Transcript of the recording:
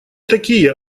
такие